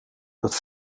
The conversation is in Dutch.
dat